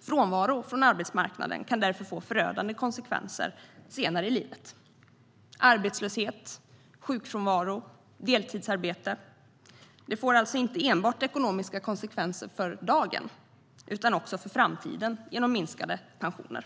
Frånvaro från arbetsmarknaden kan därför få förödande konsekvenser senare i livet - jag tänker på arbetslöshet, sjukfrånvaro och deltidsarbete. Det får alltså inte enbart ekonomiska konsekvenser för dagen utan också för framtiden genom minskade pensioner.